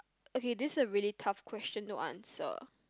okay this is a really tough question to answer